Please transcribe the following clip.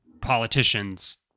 politicians